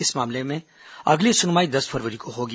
इस मामले पर अगली सुनवाई दस फरवरी को होगी